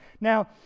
Now